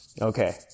okay